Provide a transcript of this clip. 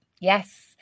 Yes